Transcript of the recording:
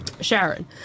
Sharon